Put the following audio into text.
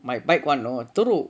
my bike [one] you know teruk